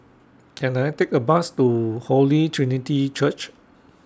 Can I Take A Bus to Holy Trinity Church